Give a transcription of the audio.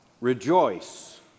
rejoice